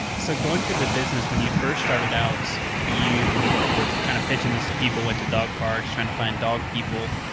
so go into the business when you first started out, you were kind of pitching this to people, went to dog parks trying to find dog people,